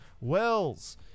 Wells